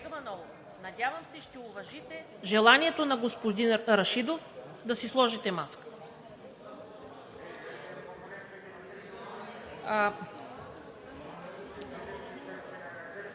надявам се, ще уважите желанието на господин Рашидов да си сложите маската.